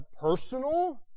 personal